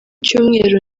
cyumweru